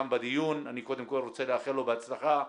אני קודם כל רוצה לאחל לו בהצלחה.